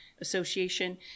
association